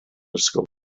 ysgol